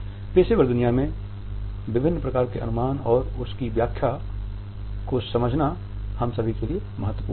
पेशेवर दुनिया में विभिन्न प्रकार के अनुमान और उनकी व्याख्या को समझना हम सभी के लिए महत्वपूर्ण है